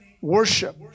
worship